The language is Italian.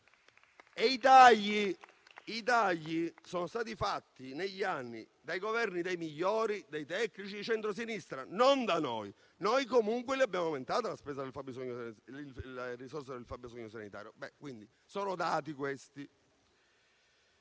I tagli sono stati fatti negli anni dai "Governi dei migliori", dei tecnici, del centrosinistra, non da noi. Noi comunque abbiamo aumentato le risorse del fabbisogno sanitario. Questi